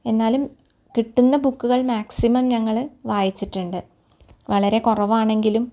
എന്നാലും കിട്ടുന്ന ബുക്കുകള് മാക്സിമം ഞങ്ങൾ വായിച്ചിട്ടുണ്ട് വളരെ കുറവാണെങ്കിലും